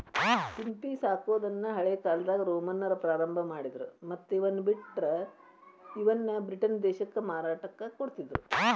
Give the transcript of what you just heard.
ಸಿಂಪಿ ಸಾಕೋದನ್ನ ಹಳೇಕಾಲ್ದಾಗ ರೋಮನ್ನರ ಪ್ರಾರಂಭ ಮಾಡಿದ್ರ ಮತ್ತ್ ಇವನ್ನ ಬ್ರಿಟನ್ ದೇಶಕ್ಕ ಮಾರಾಟಕ್ಕ ಕೊಡ್ತಿದ್ರು